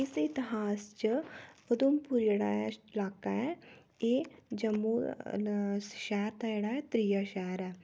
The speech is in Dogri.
इस इतिहास च उधमपुर जेह्ड़ा ऐ लाका ऐ एह् जम्मू शैह्र दा ऐ जेह्ड़ा ऐ त्रीया शैह्र ऐ